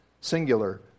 singular